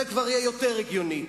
זה כבר יהיה יותר הגיוני.